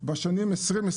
בשנים 2021